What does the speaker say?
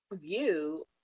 view